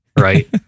Right